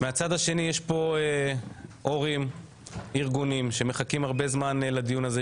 יש הורים וארגונים שמחכים הרבה זמן לדיון הזה.